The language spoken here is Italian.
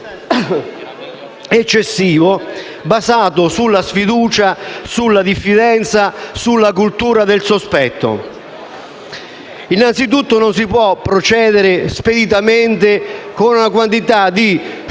eccessivo, basato sulla sfiducia, sulla diffidenza e sulla cultura del sospetto. Innanzitutto, non si può procedere speditamente con una quantità di strutture